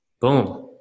Boom